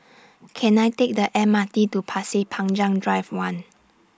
Can I Take The M R T to Pasir Panjang Drive one